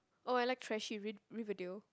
oh I like trashy Riverdale